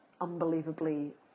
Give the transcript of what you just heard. unbelievably